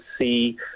see